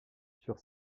sur